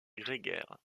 grégaire